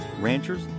ranchers